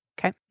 Okay